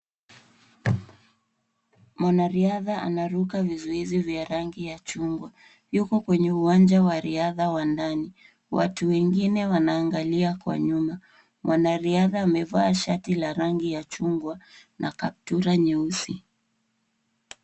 Mwanariadha anaruka vizuizi vya rangi ya chungwa. Yuko kwenye uwanja wa riadha wa ndani. Watu wengine wanaagalia kwa nyuma. Mwanariadha amevaa shati la rangi ya chungwa na kaptula nyeusi.